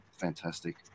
fantastic